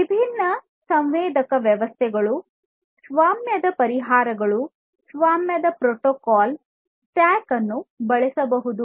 ವಿಭಿನ್ನ ಸಂವೇದಕ ವ್ಯವಸ್ಥೆಗಳು ಸ್ವಾಮ್ಯದ ಪರಿಹಾರಗಳು ಸ್ವಾಮ್ಯದ ಪ್ರೋಟೋಕಾಲ್ ಸ್ಟ್ಯಾಕ್ ಅನ್ನು ಬಳಸಬಹುದು